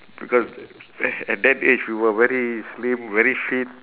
because at that age we were very slim very fit